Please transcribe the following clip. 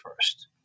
first